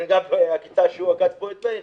וגם העקיצה שהוא עקץ פה את מאיר,